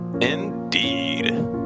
Indeed